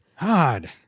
God